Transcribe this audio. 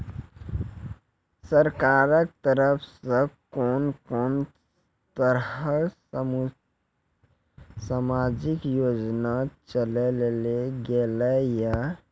सरकारक तरफ सॅ कून कून तरहक समाजिक योजना चलेली गेलै ये?